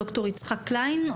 ד"ר יצחק קליין,